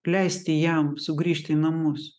leisti jam sugrįžt į namus